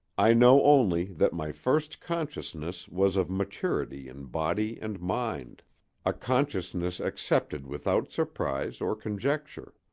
i know only that my first consciousness was of maturity in body and mind a consciousness accepted without surprise or conjecture.